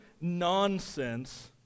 nonsense